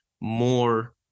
more